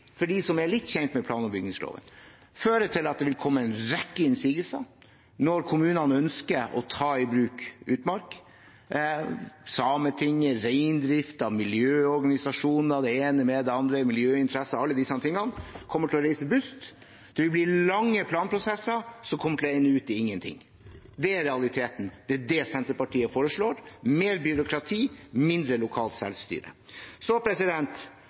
for dem som er litt kjent med plan- og bygningsloven, føre til at det vil komme en rekke innsigelser når kommunene ønsker å ta i bruk utmark. Sametinget, reindriften, miljøorganisasjoner, miljøinteresser, det ene med det andre – alle disse kommer til å reise bust. Det vil bli lange planprosesser som kommer til å ende i ingenting. Det er realiteten. Det er det Senterpartiet foreslår – mer byråkrati, mindre lokalt selvstyre. Så